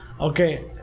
Okay